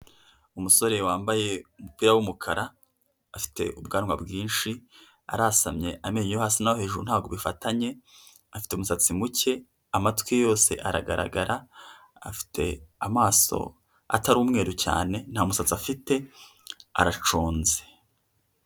Umusore wambaye umupira w'umukara afite ubwanwa bwinshi arasamye amenyo yo hasi no hejuru ntabwo bifatanye, afite umusatsi muke amatwi ye yose aragaragara afite amaso atari umweru cyane nta musatsi afite araconze.